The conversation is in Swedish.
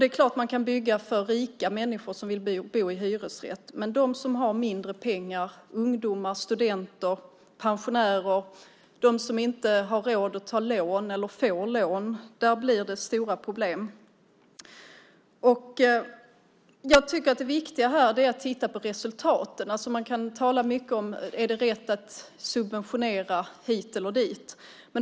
Det är klart att man kan bygga för rika människor som vill bo i hyresrätt, men för dem som har mindre pengar - ungdomar, studenter, pensionärer och de som inte har råd att ta lån eller inte kan få lån - blir det stora problem. Jag tycker att det viktiga här är att se på resultaten. Man kan tala om huruvida det är rätt att subventionera det ena eller det andra.